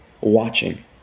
watching